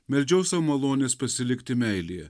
meldžiau sau malonės pasilikti meilėje